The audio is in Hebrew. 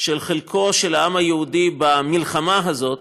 של חלקו של העם היהודי במלחמה הזאת,